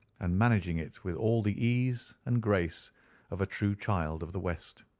and managing it with all the ease and grace of a true child of the west.